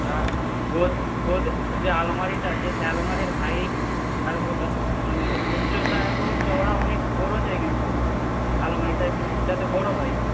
তা গোদরেজের যে আলমারিটা আছে সেই আলমারির হাইট মানে উচ্চতা এবং চওড়া অনেক বড়ো চাই কিন্তু আলমারিটা একটু যাতে বড়ো হয়